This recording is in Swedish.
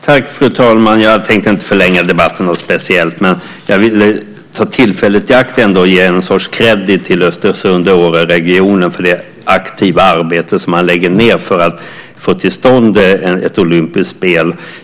Fru talman! Jag ska inte förlänga debatten speciellt mycket, men jag vill ta tillfället i akt och ge en sorts credit till Östersund-Åreregionen för det aktiva arbete som man lägger ned för att få till stånd ett olympiskt spel.